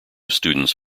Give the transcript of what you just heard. students